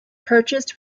purchased